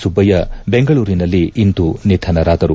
ಸುಬ್ಲಯ್ಲ ಬೆಂಗಳೂರಿನಲ್ಲಿ ಇಂದು ನಿಧನರಾದರು